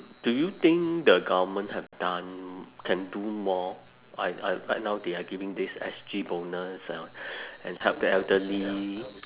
do you think the goverment have done can do more like like right now they are giving this S_G bonus and and help the elderly